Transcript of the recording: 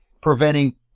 preventing